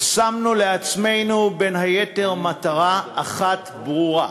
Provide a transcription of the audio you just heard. שמנו לעצמנו, בין היתר, מטרה אחת ברורה: